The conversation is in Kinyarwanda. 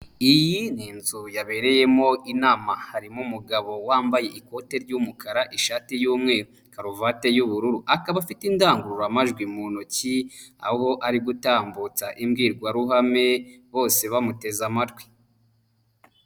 Iyi ni inzu yabereyemo inama harimo umugabo wambaye ikote ry'umukara, ishati y'umweru, karuvati y'ubururu, akaba afite indangururamajwi mu ntoki, aho ari gutambutsa imbwirwaruhame bose bamuteze amatwi.